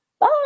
Bye